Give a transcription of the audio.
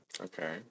Okay